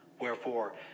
Wherefore